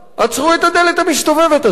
עִצרו את הדלת המסתובבת הזאת.